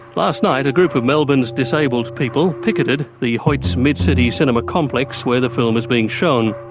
last night a group of melbourne's disabled people picketed the hoyts mid-city cinema complex where the film is being shown.